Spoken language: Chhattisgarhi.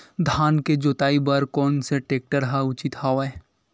धान के जोताई बर कोन से टेक्टर ह उचित हवय?